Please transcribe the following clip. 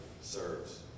serves